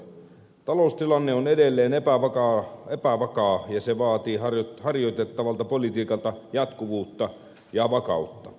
taloustilanne on edelleen epävakaa ja se vaatii harjoitettavalta politiikalta jatkuvuutta ja vakautta